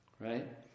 right